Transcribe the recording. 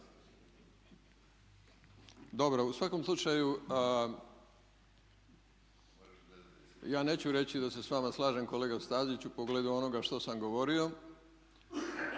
Dobro, u svakom slučaju ja neću reći da se s vama slažem kolega Staziću u pogledu onoga što sam govorio